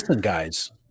guys